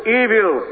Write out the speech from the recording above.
evil